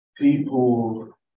people